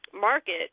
market